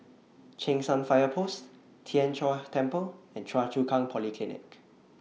Cheng San Fire Post Tien Chor Temple and Choa Chu Kang Polyclinic